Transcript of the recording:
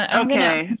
ah okay.